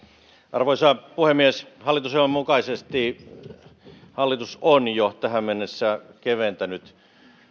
arvoisa puhemies hallitusohjelman mukaisesti hallitus on jo tähän mennessä keventänyt